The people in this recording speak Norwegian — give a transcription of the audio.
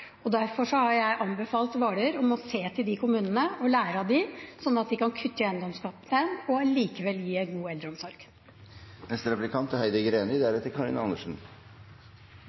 eiendomsskatt. Derfor har jeg anbefalt Hvaler å se til disse kommunene og lære av dem, sånn at de kan kutte i eiendomsskatten og allikevel gi en god eldreomsorg. Budsjettforliket har redusert kommunenes selvråderett kraftig gjennom at man har redusert muligheten for eiendomsskatt. Det er